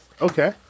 Okay